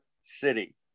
city